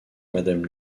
madame